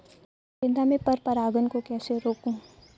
गेंदा में पर परागन को कैसे रोकुं?